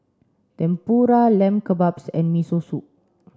Tempura Lamb Kebabs and Miso Soup